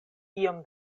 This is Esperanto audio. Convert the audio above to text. iom